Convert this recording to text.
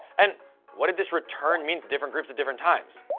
and what did this return mean to different groups at different times?